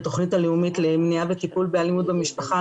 התוכנית הלאומית למניעה וטיפול במשפחה,